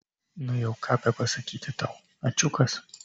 nu jau ką bepasakyti tau ačiukas